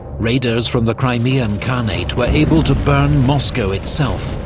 raiders from the crimean khanate were able to burn moscow itself.